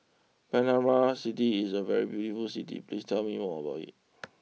Panama City is a very beautiful City please tell me more about it